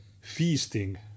feasting